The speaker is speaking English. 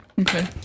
Okay